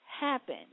happen